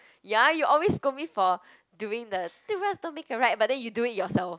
ya you always scold me for doing the two wrongs don't make a right but then you do it yourself